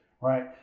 right